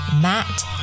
Matt